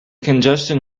congestion